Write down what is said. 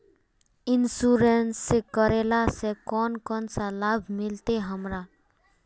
Insurance करेला से कोन कोन सा लाभ मिलते हमरा?